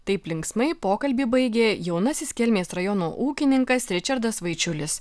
taip linksmai pokalbį baigė jaunasis kelmės rajono ūkininkas ričardas vaičiulis